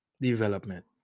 development